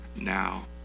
now